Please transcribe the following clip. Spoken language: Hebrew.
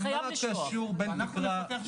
יש צורך של האזרחים לקבל את השירות הזה,